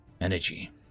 energy